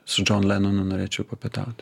su džon lenonu norėčiau papietauti